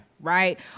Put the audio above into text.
right